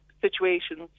situations